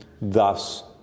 thus